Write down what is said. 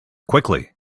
quickly